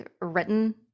written